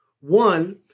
One